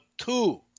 two